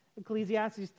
Ecclesiastes